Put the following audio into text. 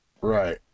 Right